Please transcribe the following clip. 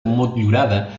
motllurada